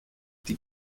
die